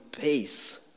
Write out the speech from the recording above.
peace